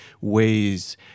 ways